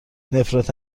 نفرت